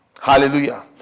Hallelujah